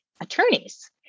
attorneys